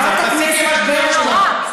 חברת הכנסת ברקו.